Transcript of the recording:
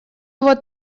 его